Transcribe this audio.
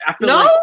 No